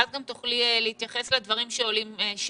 ואז גם תוכלי להתייחס לדברים שעולים שם.